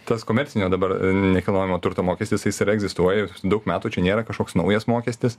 tas komercinio dabar nekilnojamo turto mokestis jis yra egzistuoja jau daug metų čia nėra kažkoks naujas mokestis